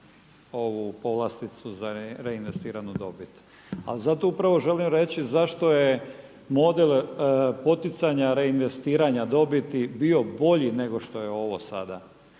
ovu povlasticu za reinvestiranu dobit. Ali zato upravo želim reći zašto je model poticanja reinvestiranja dobiti bio bolji nego što je ovo sada.